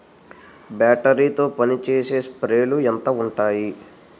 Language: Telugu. బ్యాటరీ తో పనిచేసే స్ప్రేలు ఎంత ఉంటాయి?